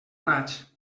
raig